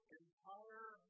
entire